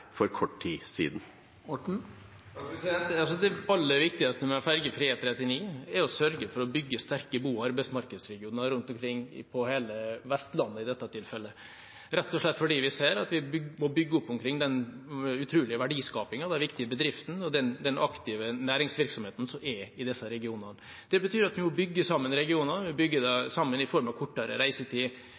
for kort tid siden? Det aller viktigste med ferjefri E39 er å sørge for å bygge sterke bo- og arbeidsmarkedsregioner rundt omkring på hele Vestlandet, i dette tilfellet rett og slett fordi vi ser at vi må bygge opp om den utrolige verdiskapingen, de viktige bedriftene og den aktive næringsvirksomheten som er i disse regionene. Det betyr at vi må bygge sammen regioner i form av kortere reisetid.